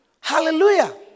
Hallelujah